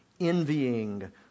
envying